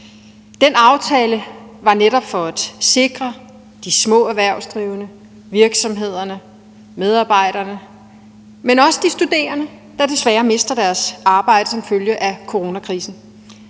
Den aftale var netop for at sikre de små erhvervsdrivende, virksomhederne, medarbejderne, men også de studerende, der desværre mister deres arbejde som følge af coronakrisen.